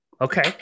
Okay